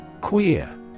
Queer